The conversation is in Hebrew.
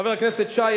חבר הכנסת שי,